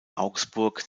augsburg